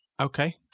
Okay